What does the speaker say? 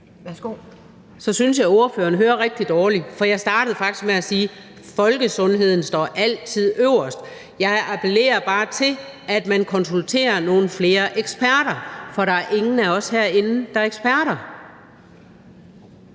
Så synes jeg, ordføreren hører rigtig dårligt, for jeg startede faktisk med at sige: Folkesundheden står altid øverst. Jeg appellerer bare til, at man konsulterer nogle flere eksperter, for der er ingen af os herinde, der er eksperter.